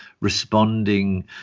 responding